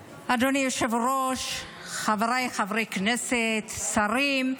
היושב-ראש, חבריי חברי הכנסת, שרים,